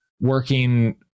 working